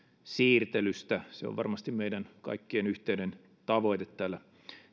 siirtelystä se on varmasti meidän kaikkien yhteinen tavoite täällä